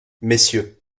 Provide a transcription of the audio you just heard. messieurs